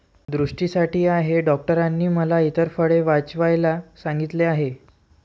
दृष्टीसाठी आहे डॉक्टरांनी मला इतर फळे वाचवायला सांगितले आहे